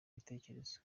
ibitekerezo